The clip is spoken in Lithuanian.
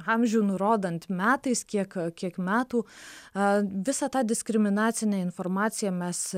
amžių nurodant metais kiek kiek metų a visą tą diskriminacinę informaciją mes